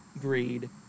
greed